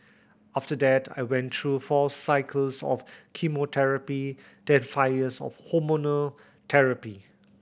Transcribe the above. after that I went through four cycles of chemotherapy then five years of hormonal therapy